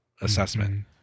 assessment